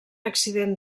accident